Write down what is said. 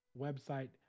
website